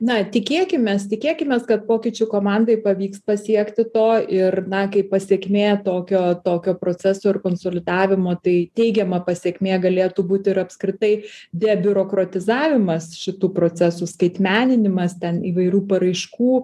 na tikėkimės tikėkimės kad pokyčių komandai pavyks pasiekti to ir na kaip pasekmė tokio tokio proceso ir konsolidavimo tai teigiama pasekmė galėtų būt ir apskritai debiurokrotizavimas šitų procesų skaitmeninimas ten įvairių paraiškų